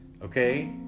Okay